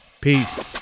Peace